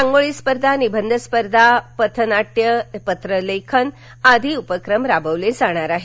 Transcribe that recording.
रांगोळी स्पर्धा निबंध स्पर्धा पथ नाट्य पत्रलेखन आदी उपक्रम यासाठी राबवले जाणार आहेत